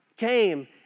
came